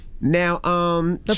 now